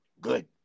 good